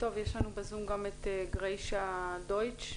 יש לנו בזום את גרישה דייטש,